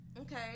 okay